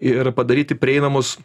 ir padaryti prieinamus